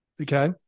Okay